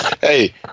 hey